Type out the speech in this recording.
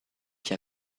qui